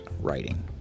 writing